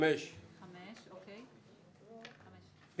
הצעה 22 של קבוצת סיעת המחנה הציוני?